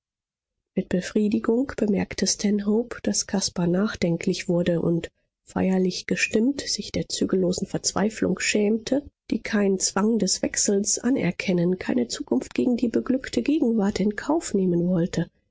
mit befriedigung bemerkte stanhope daß caspar nachdenklich wurde und feierlich gestimmt sich der zügellosen verzweiflung schämte die keinen zwang des wechsels anerkennen keine zukunft gegen die beglückte gegenwart in kauf nehmen wollte